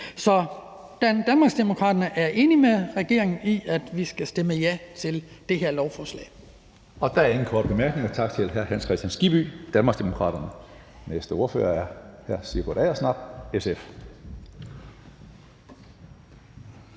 Så Danmarksdemokraterne er enige med regeringen i, at vi skal stemme ja til det her lovforslag.